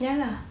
ya lah